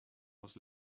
was